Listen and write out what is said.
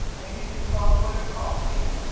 anything wrong with the coffee?